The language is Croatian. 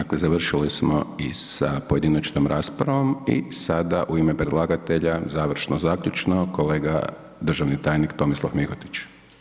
Dakle, završili smo i sa pojedinačnom raspravom i sada u ime predlagatelja završno zaključno kolega državni tajnik Tomislav Mihotić.